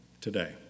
today